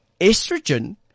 estrogen